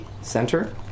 center